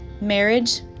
marriage